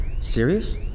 Serious